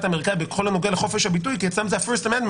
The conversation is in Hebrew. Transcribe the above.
האמריקאי בכל מה שקשור לחופש הביטוי כי יש להם את ה first amendment,